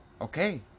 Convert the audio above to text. okay